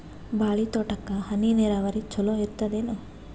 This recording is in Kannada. ಬಾಳಿ ತೋಟಕ್ಕ ಹನಿ ನೀರಾವರಿ ಚಲೋ ಇರತದೇನು?